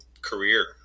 career